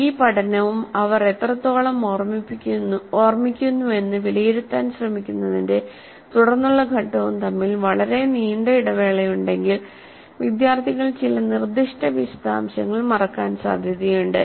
ഈ പഠനവും അവർ എത്രത്തോളം ഓർമ്മിക്കുന്നുവെന്ന് വിലയിരുത്താൻ ശ്രമിക്കുന്നതിന്റെ തുടർന്നുള്ള ഘട്ടവും തമ്മിൽ വളരെ നീണ്ട ഇടവേളയുണ്ടെങ്കിൽ വിദ്യാർത്ഥികൾ ചില നിർദ്ദിഷ്ട വിശദാംശങ്ങൾ മറക്കാൻ സാധ്യതയുണ്ട്